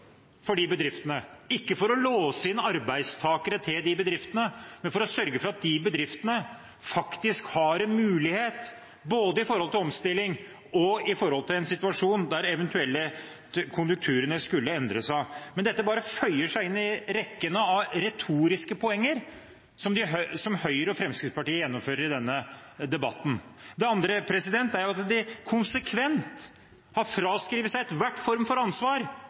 for de bedriftene, ikke for å låse inn arbeidstakere til de bedriftene, men for å sørge for at de bedriftene faktisk har en mulighet både med hensyn til omstilling og med tanke på en situasjon der eventuelt konjunkturene skulle endre seg. Men dette bare føyer seg inn i rekken av retoriske poenger framført av Høyre og Fremskrittspartiet i denne debatten. Det andre er at de konsekvent har fraskrevet seg enhver form for ansvar